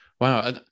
wow